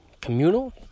communal